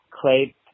Clay